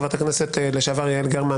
חברת הכנסת לשעבר יעל גרמן